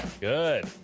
good